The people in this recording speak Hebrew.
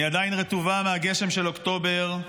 "אני עדיין רטובה מהגשם של אוקטובר"